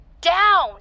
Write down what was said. down